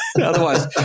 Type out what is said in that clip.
Otherwise